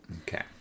Okay